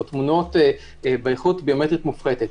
או באיכות ביומטרית מופחתת,